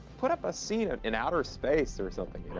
put up a scene in outer space or something, you know.